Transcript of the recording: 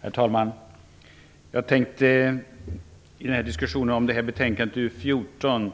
Herr talman! I diskussionen om betänkande UU14